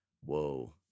Whoa